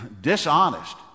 dishonest